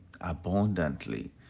abundantly